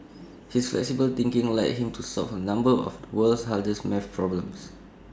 his flexible thinking led him to solve A number of the world's hardest math problems